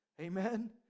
Amen